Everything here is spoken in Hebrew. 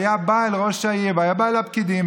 הוא היה בא אל ראש העיר והיה בא לפקידים,